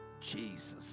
Jesus